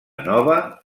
nova